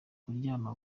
kuryama